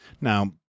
Now